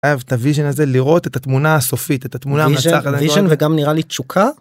את הוויז'ן הזה לראות את התמונה הסופית את התמונה וגם נראה לי תשוקה.